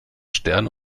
stern